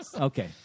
Okay